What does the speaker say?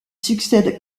succède